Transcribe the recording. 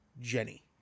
Jenny